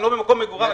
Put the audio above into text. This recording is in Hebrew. אם לא במקום מגוריו,